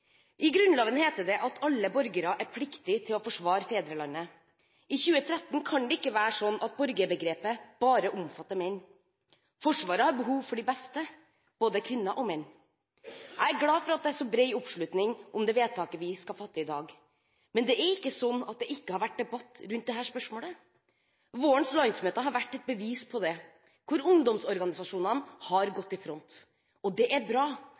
I Grunnloven heter det at alle borgere er pliktige til å forsvare fedrelandet. I 2013 kan det ikke være sånn at borgerbegrepet bare omfatter menn. Forsvaret har behov for de beste, både kvinner og menn. Jeg er glad for at det er så bred oppslutning om det vedtaket vi skal fatte i dag. Men det er ikke sånn at det ikke har vært debatt rundt dette spørsmålet. Vårens landsmøter har vært et bevis på det, hvor ungdomsorganisasjonene har gått i front. Det er bra,